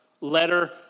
letter